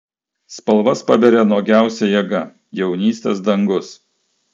spalvas paberia nuogiausia jėga jaunystės dangus